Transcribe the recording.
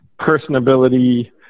personability